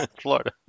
Florida